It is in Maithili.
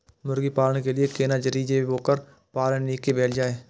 मुर्गी पालन के लिए केना करी जे वोकर पालन नीक से भेल जाय?